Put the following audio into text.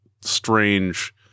strange